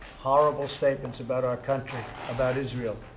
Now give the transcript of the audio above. horrible statements about our country, about israel,